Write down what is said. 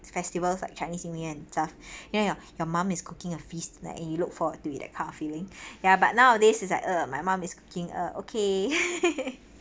festivals like chinese new year and stuff ya your mum is cooking a feast like eh you looked forward to eat that kind of feeling ya but nowadays it's like uh my mum is cooking uh okay